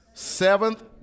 Seventh